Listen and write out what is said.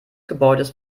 gebäudes